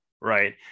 right